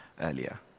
earlier